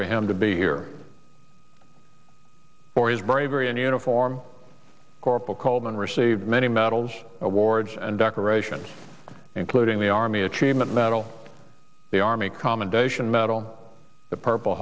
for him to be here for his bravery in uniform corporal coleman received many medals awards and decorations including the army achievement medal the army commendation medal the purple